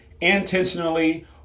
intentionally